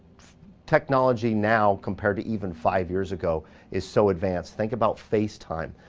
technology now compared to even five years ago is so advanced. think about face time.